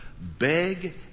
beg